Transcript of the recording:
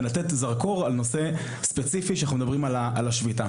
ולתת זרקור על הנושא הספציפי שאנחנו מדברים עליו - על השביתה.